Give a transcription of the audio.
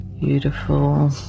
beautiful